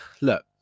look